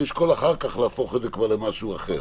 לשקול אחר כך להפוך את זה כבר למשהו אחר